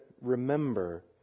remember